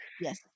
Yes